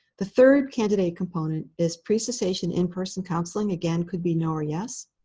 the third candidate component is precessation in-person counseling. again, could be no or yes.